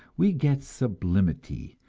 we get sublimity,